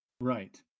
Right